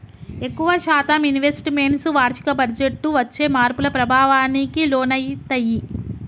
ఎక్కువ శాతం investments వార్షిక బడ్జెట్టు వచ్చే మార్పుల ప్రభావానికి లోనయితయ్యి